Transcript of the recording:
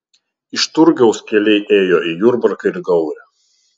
iš turgaus keliai ėjo į jurbarką ir gaurę